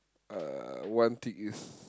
uh one thing is